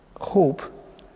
Hope